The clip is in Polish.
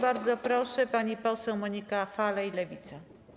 Bardzo proszę, pani poseł Monika Falej, Lewica.